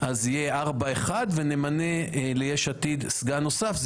יהיה ארבעה-אחד ונמנה ליש עתיד סגן נוסף,